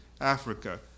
Africa